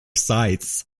sites